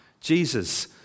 Jesus